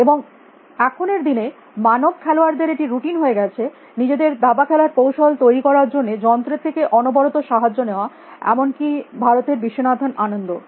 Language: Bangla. এবং এখনের দিনে মানব খেলোয়াড় দের এটি রুটিন হয়ে গেছে নিজেদের দাবা খেলার কৌশল তৈরী করার জন্য যন্ত্রের থেকে অনবরত সাহায্য নেওয়া এমন কী ভারতের বিশ্বনাথান আনন্দও